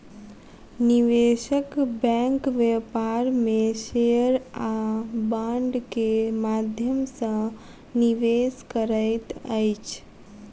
निवेशक बैंक व्यापार में शेयर आ बांड के माध्यम सॅ निवेश करैत अछि